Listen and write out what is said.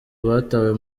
batawe